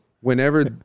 whenever